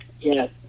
Yes